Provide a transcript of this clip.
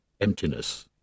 emptiness